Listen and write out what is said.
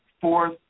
fourth